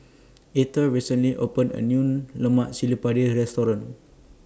Etter recently opened A New Lemak Cili Padi Restaurant